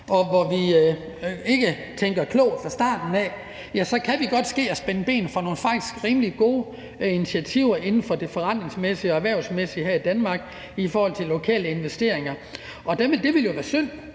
famler og ikke tænker klogt fra starten, så kan det godt ske at spænde ben for nogle faktisk rimelig gode initiativer inden for det forretningsmæssige og erhvervsmæssige her i Danmark i forhold til lokale investeringer. Det ville jo være synd,